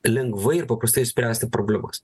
lengvai ir paprastai išspręsti problemas